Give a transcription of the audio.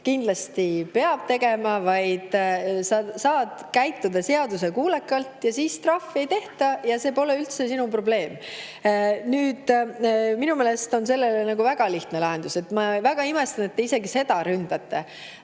kindlasti peab [kandma]. Saab käituda seaduskuulekalt, siis trahvi ei tehta ja see pole üldse sinu probleem. Nüüd, minu meelest on sellele väga lihtne lahendus. Ma väga imestan, et te isegi seda ründate.